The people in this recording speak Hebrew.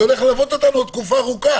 זה הולך ללוות אותנו תקופה ארוכה.